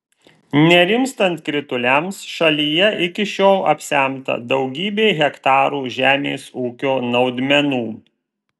nerimstant krituliams šalyje iki šiol apsemta daugybė hektarų žemės ūkio naudmenų